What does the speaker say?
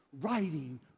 writing